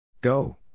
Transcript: Go